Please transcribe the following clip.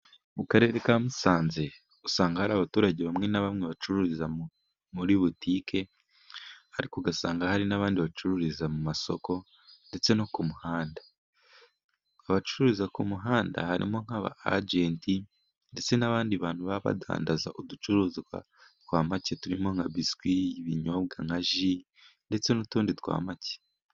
Mu karere ka musanze usanga hari abaturage bamwe na bamwe bacururiza muri butike ,ariko ugasanga hari n'abandi bacururiza mu masoko, ndetse no ku muhanda . abacuruza ku muhanda harimo nk'aba ajenti ,ndetse n'abandi bantu baba badandaza uducuruzwa twa make turimo nka biswi ibinyobwa nka ji ,ndetse n'utundi twa make.